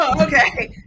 Okay